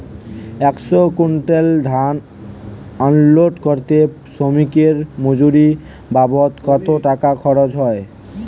একশো কুইন্টাল ধান আনলোড করতে শ্রমিকের মজুরি বাবদ কত টাকা খরচ হয়?